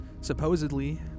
Supposedly